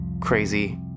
crazy